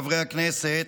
חברי הכנסת,